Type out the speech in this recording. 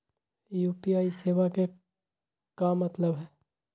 UPI सेवा के का मतलब है?